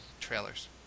trailers